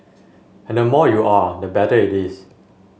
and the more you are the better it is